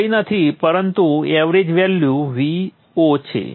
આ કંઈ નથી પરંતુ એવરેજ વેલ્યુ Vo છે